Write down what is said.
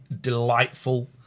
delightful